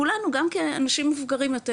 כולנו גם כאנשים מבוגרים יותר,